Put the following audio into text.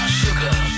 sugar